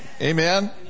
Amen